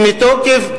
שמתוקף,